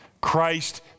Christ